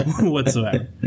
whatsoever